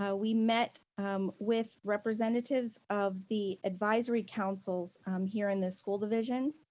yeah we met with representatives of the advisory councils here in the school division.